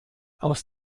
aus